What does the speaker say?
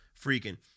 freaking